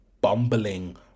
bumbling